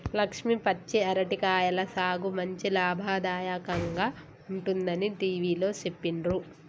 లక్ష్మి పచ్చి అరటి కాయల సాగు మంచి లాభదాయకంగా ఉంటుందని టివిలో సెప్పిండ్రు